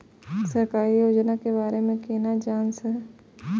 सरकारी योजना के बारे में केना जान से?